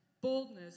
boldness